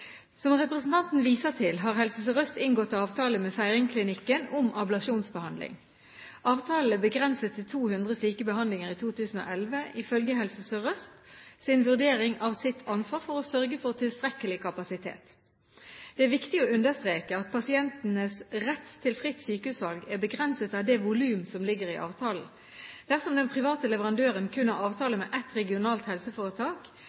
Som representanten viser til, har Helse Sør-Øst inngått avtale med Feiringklinikken om ablasjonsbehandling. Avtalen er begrenset til 200 slike behandlinger i 2011 ifølge Helse Sør-Østs vurdering av sitt ansvar for å sørge for tilstrekkelig kapasitet. Det er viktig å understreke at pasientenes rett til fritt sykehusvalg er begrenset av det volum som ligger i avtalen. Dersom den private leverandøren kun har avtale med ett regionalt helseforetak,